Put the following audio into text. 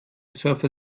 surfer